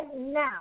now